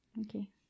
okay